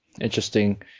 interesting